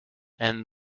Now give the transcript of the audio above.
and